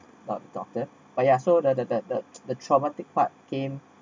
but doctor but yeah so the the the the traumatic part came